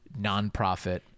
nonprofit